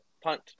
punt